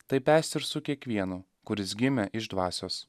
taip esti ir su kiekvienu kuris gimė iš dvasios